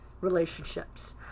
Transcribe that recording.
relationships